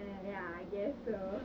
eh ya I guess so